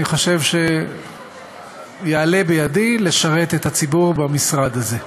אני חושב שיעלה בידי לשרת את הציבור במשרד הזה.